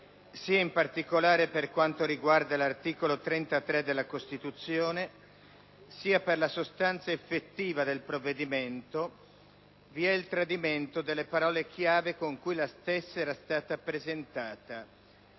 sia in particolare per quanto riguarda l'articolo 33 della Costituzione sia per la sostanza effettiva del provvedimento, vi è il tradimento delle parole chiave con cui la stessa era stata presentata,